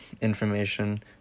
information